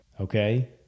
okay